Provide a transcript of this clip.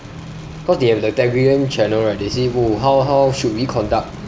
cause they have the telegram channel right they say oh how how should we conduct